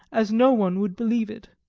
as no one would believe it.